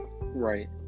right